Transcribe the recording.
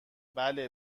بله